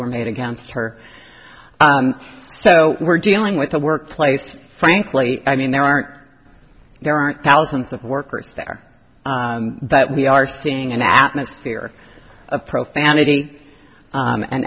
were made against her so we're dealing with a workplace frankly i mean there aren't there aren't thousands of workers there but we are seeing an atmosphere of profanity